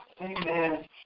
Amen